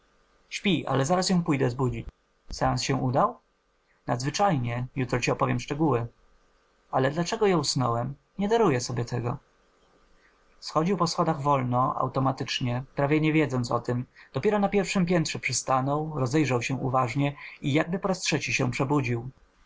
śpi ale zaraz ją pójdę zbudzić seans się udał nadzwyczajnie jutro ci opowiem szczegóły ale dlaczego ja usnąłem nie daruję sobie tego schodził po schodach wolno automatycznie prawie nie wiedząc o tem dopiero na pierwszem piętrze przystanął rozejrzał się uważnie i jakby po raz trzeci się przebudził